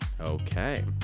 Okay